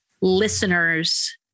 listeners